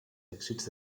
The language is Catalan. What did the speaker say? èxits